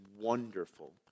wonderful